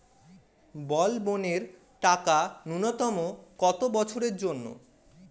বলবনের টাকা ন্যূনতম কত বছরের জন্য?